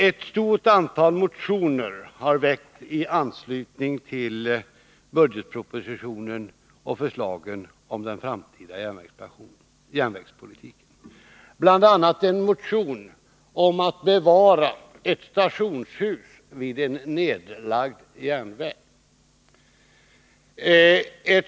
Ett stort antal motioner har väckts i anslutning till budgetpropositionen och förslagen om den framtida järnvägspolitiken, bl.a. en motion om att bevara ett stationshus vid en nedlagd järnväg.